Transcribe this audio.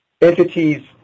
Entities